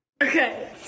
Okay